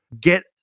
Get